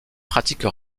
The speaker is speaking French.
pratique